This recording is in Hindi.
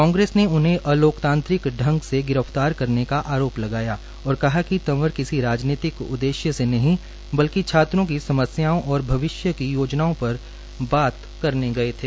कांग्रेस ने उन्हें अलोकतांत्रिक ढंग से गिरफ्तार करने का आरोप लगाया और कहा कि तंवर किसी राजनीति उद्देश्य से नहीं बल्कि छात्रों की समस्याओं और भविष्य की योजनाओं पर बातचीत करने गए थे